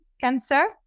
cancer